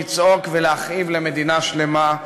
לצעוק ולהכאיב למדינה שלמה,